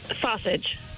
sausage